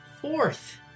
fourth